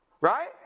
right